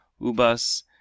Ubas